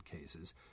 cases